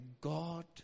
God